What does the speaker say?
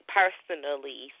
personally